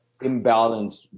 imbalanced